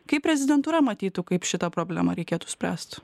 kaip prezidentūra matytų kaip šitą problemą reikėtų spręst